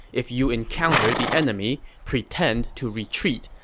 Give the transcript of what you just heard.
if you encounter the enemy, pretend to retreat.